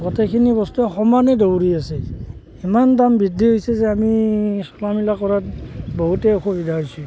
গোটেইখিনি বস্তু সমানে দৌৰি আছে ইমান দাম বৃদ্ধি হৈছে যে আমি চলা মেলা কৰাত বহুতে অসুবিধা হৈছি